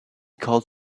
called